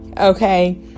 Okay